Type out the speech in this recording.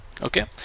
okay